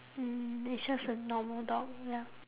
mm it's just a normal dog ya